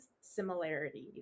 similarities